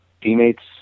teammates